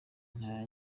nta